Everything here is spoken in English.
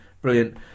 brilliant